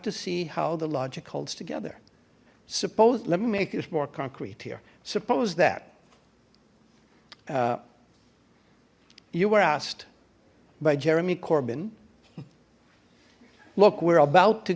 to see how the logic holds together suppose let me make it more concrete here suppose that you were asked by jeremy corbyn look we're about to